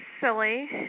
silly